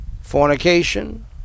fornication